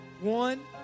One